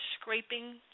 scraping